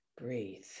breathe